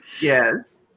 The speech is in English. Yes